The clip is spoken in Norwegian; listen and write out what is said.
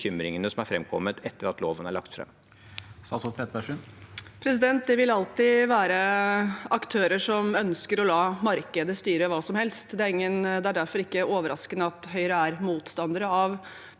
Det er derfor ikke overraskende at Høyre er motstander av